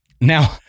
Now